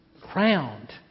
crowned